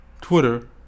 Twitter